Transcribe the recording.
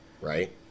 right